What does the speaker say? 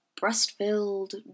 breast-filled